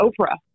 Oprah